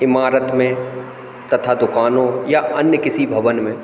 इमारत में तथा दुकानों या अन्य किसी भवन में